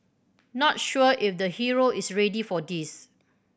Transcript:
not sure if the hero is ready for this